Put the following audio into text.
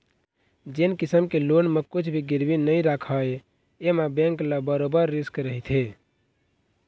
जेन किसम के लोन म कुछ भी गिरवी नइ राखय एमा बेंक ल बरोबर रिस्क रहिथे